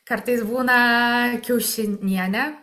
kartais būna kiaušinienė